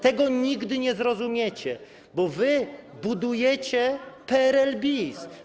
Tego nigdy nie zrozumiecie, bo wy budujecie PRL bis.